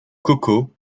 coco